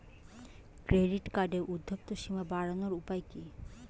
Credit কার্ডের উর্ধ্বসীমা বাড়ানোর উপায় কি?